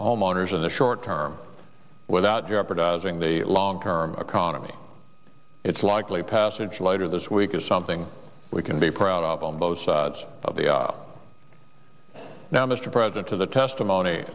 homeowners in the short term without jeopardizing the long term economy its likely passage later this week is something we can be proud of on both sides of the aisle now mr president to the testimony